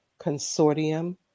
Consortium